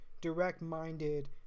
direct-minded